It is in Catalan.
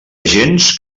agents